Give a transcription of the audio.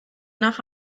nach